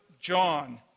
John